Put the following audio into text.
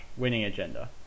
winningagenda